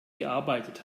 gearbeitet